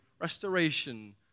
Restoration